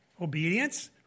obedience